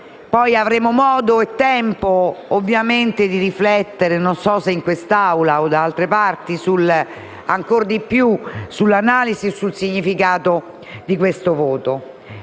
(avremo poi modo e tempo di riflettere, non so se in quest'Aula o da altre parti, ancor di più sull'analisi e sul significato di questo voto).